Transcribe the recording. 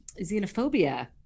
xenophobia